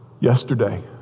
Yesterday